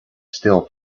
still